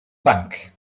bank